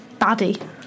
baddie